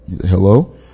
Hello